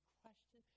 question